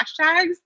hashtags